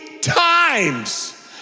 times